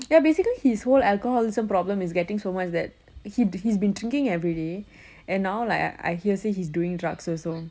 ya basically his whole alcoholism problem is getting so much that he he's been drinking everyday and now like I hear his doing drugs also